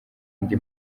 indi